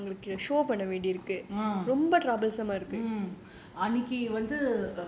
uh mm